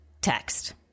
text